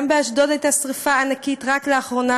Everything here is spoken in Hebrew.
באשדוד גם הייתה שרפה ענקית רק לאחרונה,